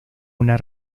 una